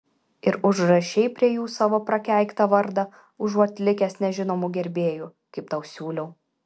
ir užrašei prie jų savo prakeiktą vardą užuot likęs nežinomu gerbėju kaip tau siūliau